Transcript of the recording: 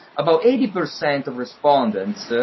about eighty percent of respondents